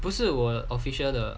不是我 official 的